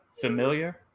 familiar